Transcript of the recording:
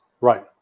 right